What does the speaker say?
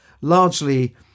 largely